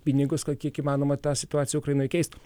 pinigus kad kiek įmanoma tą situaciją ukrainoj keistų